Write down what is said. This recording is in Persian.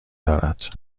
دارد